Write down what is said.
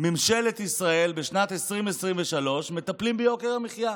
ממשלת ישראל בשנת 2023 מטפלת ביוקר המחיה.